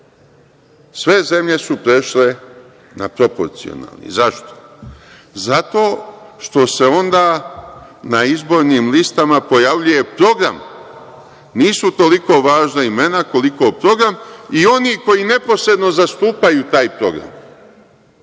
Sve zemlje su prešle na proporcionalni, a zašto? Zato što se onda na izbornim listama pojavljuje program, nisu toliko važna imena, koliko program i oni koji neposredno zastupaju taj program.